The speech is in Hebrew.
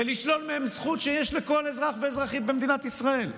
ולשלול מהם זכות שיש לכל אזרח ואזרחית במדינת ישראל.